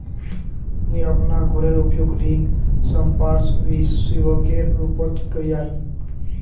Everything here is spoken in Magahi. मुई अपना घोरेर उपयोग ऋण संपार्श्विकेर रुपोत करिया ही